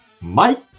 Mike